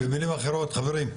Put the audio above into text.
במילים אחרות, חברים,